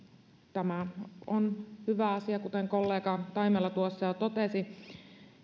tämä on hyvä asia kuten kollega taimela tuossa jo totesi